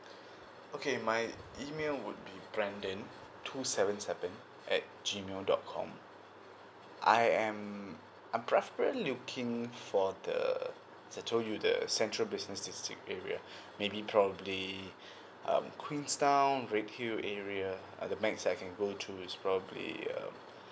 okay my email would be brandon two seven seven at G mail dot com I am I'm preferably looking for the as I told you the central business district area maybe probably um queenstown redhill area uh the max I can go through this probably um